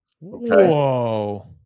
Whoa